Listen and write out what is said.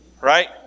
right